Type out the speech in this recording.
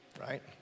right